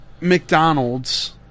McDonald's